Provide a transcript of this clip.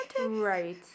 right